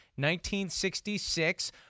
1966